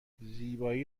زیبایی